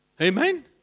Amen